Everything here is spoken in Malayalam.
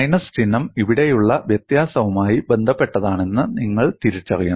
മൈനസ് ചിഹ്നം ഇവിടെയുള്ള വ്യത്യാസവുമായി ബന്ധപ്പെട്ടതാണെന്ന് നിങ്ങൾ തിരിച്ചറിയണം